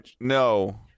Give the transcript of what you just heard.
no